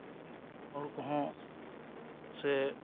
ᱦᱚᱲ ᱠᱚᱦᱚᱸ ᱥᱮ